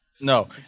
No